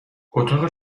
اتاق